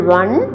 one